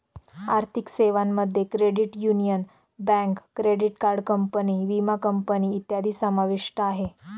आर्थिक सेवांमध्ये credit union, bank, credit card company, विमा कंपनी इत्यादी समाविष्ट आहे